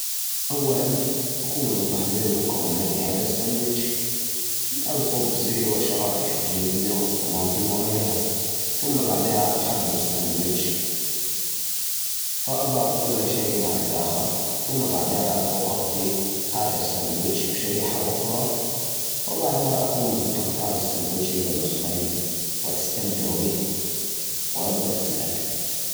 عشان تسوي سندويتش بسيط، أول شيء، هاد شريحتين خبز، بعدين حطو وجهه مايونيز أو زبدة الفول السودانية على واحدة منهم، بعدين ضيف شرائح من الجبن أو اللحم، أو أي خضار تحب، زي الطماطم والخيار، بعدين غطيها بالشريحة الثانية، وإقطعها بالنص، وبالعافية.